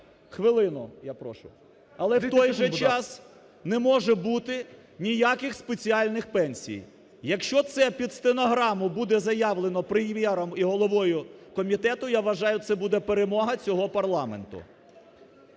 СОБОЛЄВ С.В. Але в той же час не може бути ніяких спеціальних пенсій. Якщо це під стенограму буде заявлено Прем'єром і головою комітету, я вважаю, це буде перемога цього парламенту.